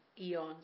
eons